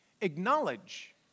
Acknowledge